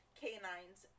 canines